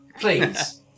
please